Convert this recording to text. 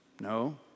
no